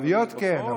תוויות כן,